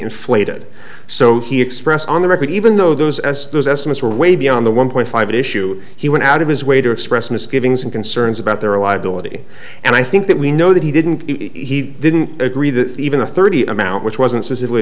inflated so he expressed on the record even though those as those estimates were way beyond the one point five issue he went out of his way to express misgivings and concerns about their reliability and i think that we know that he didn't he didn't agree that even a thirty amount which wasn't